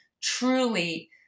truly